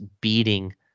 beating